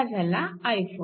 हा झाला i4